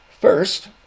First